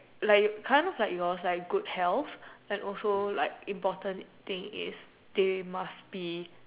like it's kind of like it was like good health and also like important thing is they must be